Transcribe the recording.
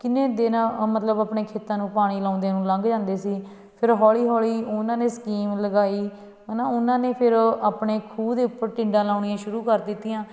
ਕਿੰਨੇ ਦਿਨਾਂ ਅ ਮਤਲਬ ਆਪਣੇ ਖੇਤਾਂ ਨੂੰ ਪਾਣੀ ਲਾਉਂਦਿਆਂ ਨੂੰ ਲੰਘ ਜਾਂਦੇ ਸੀ ਫਿਰ ਹੌਲੀ ਹੌਲੀ ਉਹਨਾਂ ਨੇ ਸਕੀਮ ਲਗਾਈ ਹੈ ਨਾ ਉਹਨਾਂ ਨੇ ਫਿਰ ਆਪਣੇ ਖੂਹ ਦੇ ਉੱਪਰ ਟਿੰਡਾ ਲਾਉਣੀਆਂ ਸ਼ੁਰੂ ਕਰ ਦਿੱਤੀਆਂ